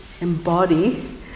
embody